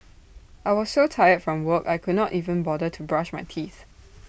I was so tired from work I could not even bother to brush my teeth